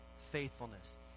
faithfulness